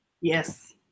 Yes